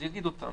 אז יגיד אותם.